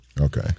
Okay